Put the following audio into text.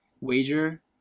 wager